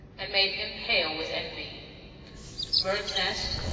and made him pale with envy birds' nest,